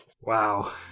wow